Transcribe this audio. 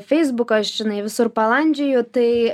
feisbuko aš žinai visur palandžioju tai